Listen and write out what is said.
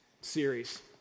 series